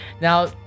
now